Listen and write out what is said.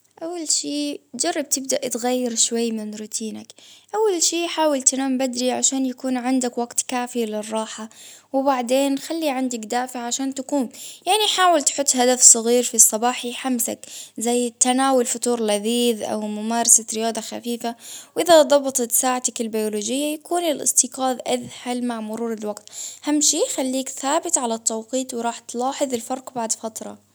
أول شي جرب تبدأ تغير شوي من روتينك، أول اشي حاول تنام بدري عشان يكون عندك وقت كافي للراحة وبعدين خلي عندك دافع عشان تقوم، يعني حاول تحط هدف صغير في الصباح يحمسك ،زي تناول فطور لذيذ ،أو ممارسة رياضة خفيفة، وإذا ضبطت ساعتك البيولوجية ،يكون الإستفاظ أسهل حل مع مرور الوقت، أهم شي خليك ثابت على التوقيت ،وراح تلاحظ الفرق بعد فترة.